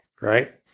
Right